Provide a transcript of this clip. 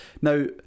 Now